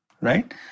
right